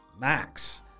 Max